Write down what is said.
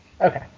Okay